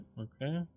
Okay